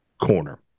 Corner